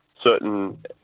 certain